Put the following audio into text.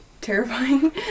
terrifying